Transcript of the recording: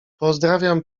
pozdrawiam